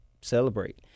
celebrate